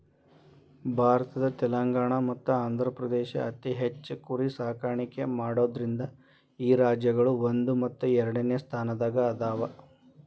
ಭಾರತದ ತೆಲಂಗಾಣ ಮತ್ತ ಆಂಧ್ರಪ್ರದೇಶ ಅತಿ ಹೆಚ್ಚ್ ಕುರಿ ಸಾಕಾಣಿಕೆ ಮಾಡೋದ್ರಿಂದ ಈ ರಾಜ್ಯಗಳು ಒಂದು ಮತ್ತು ಎರಡನೆ ಸ್ಥಾನದಾಗ ಅದಾವ